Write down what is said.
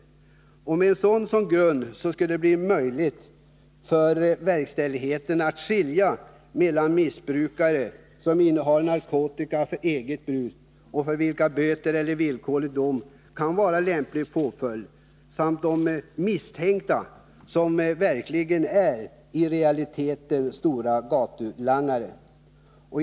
Med sådana personundersökningar som grund skulle det bli möjligt för de verkställande organen att skilja mellan de missbrukare som innehar narkotikan för eget bruk och för vilka böter eller villkorlig dom kan vara en lämplig påföljd och de misstänkta som verkligen är gatulangare.